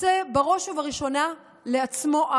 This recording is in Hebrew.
עושה בראש ובראשונה עוול לעצמו,